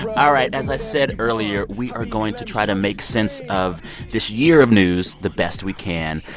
all right, as i said earlier, we are going to try to make sense of this year of news the best we can.